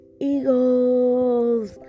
Eagles